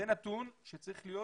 זה נתון שצריך להיות